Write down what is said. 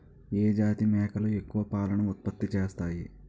ఏ జాతి మేకలు ఎక్కువ పాలను ఉత్పత్తి చేస్తాయి?